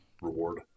reward